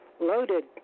Loaded